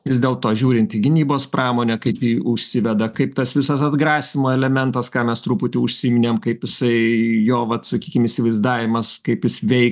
vis dėlto žiūrint į gynybos pramonę kaip ji užsiveda kaip tas visas atgrasymo elementas ką mes truputį užsiminėm kaip jisai jo vat sakykim įsivaizdavimas kaip jis veiks